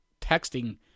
texting